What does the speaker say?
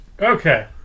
Okay